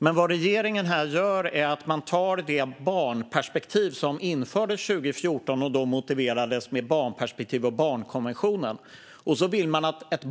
Det som regeringen gör här är att ta det barnperspektiv som infördes 2014 och som motiverades med barnkonventionen, och så vill man att